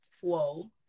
Whoa